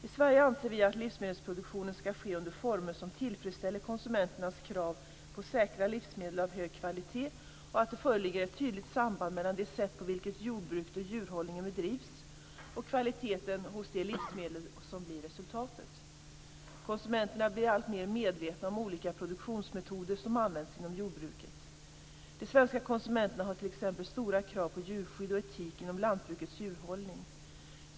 I Sverige anser vi att livsmedelsproduktion skall ske under former som tillfredsställer konsumenternas krav på säkra livsmedel av hög kvalitet och att det finns ett tydligt samband mellan det sätt på vilket jordbruket och djurhållningen bedrivs och kvaliteten hos de livsmedel som blir resultatet. Konsumenterna blir alltmer medvetna om olika produktionsmetoder som används inom jordbruket. De svenska konsumenterna har t.ex. stora krav på djurskydd och etik inom lantbrukets djurhållning.